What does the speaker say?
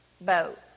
boat